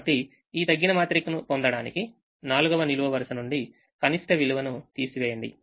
కాబట్టి ఈ తగ్గినమాత్రికను పొందడానికి 4వ నిలువు వరుస నుండి కనిష్ట విలువను తీసివేయండి